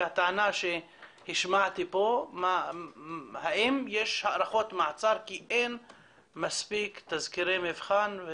והטענה שהשמעתי פה האם יש הארכות מעצר כי אין מספיק תזכירי מבחן?